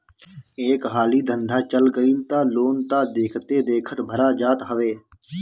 एक हाली धंधा चल गईल तअ लोन तअ देखते देखत भरा जात हवे